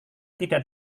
tidak